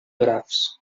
grafs